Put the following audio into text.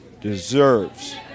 deserves